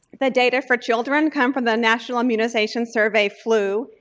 the data for children come from the national immunization survey flu.